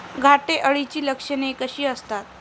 घाटे अळीची लक्षणे कशी असतात?